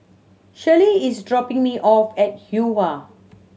Shirlie is dropping me off at Yuhua